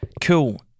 cool